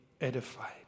edified